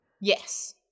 Yes